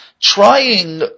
trying